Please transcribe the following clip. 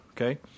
Okay